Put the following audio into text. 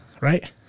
right